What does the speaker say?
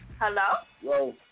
Hello